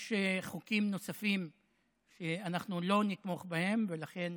יש חוקים נוספים שאנחנו לא נתמוך בהם, ולכן